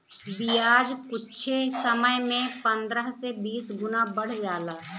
बियाज कुच्छे समय मे पन्द्रह से बीस गुना बढ़ जाला